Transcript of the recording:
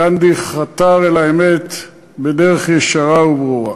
גנדי חתר אל האמת בדרך ישרה וברורה.